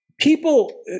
people